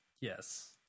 Yes